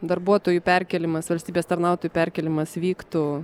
darbuotojų perkėlimas valstybės tarnautojų perkėlimas vyktų